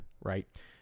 Right